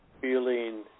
feeling